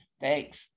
thanks